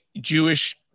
Jewish